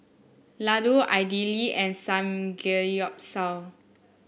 Ladoo Idili and Samgeyopsal